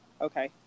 okay